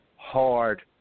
hard